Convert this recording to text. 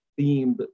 themed